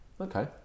okay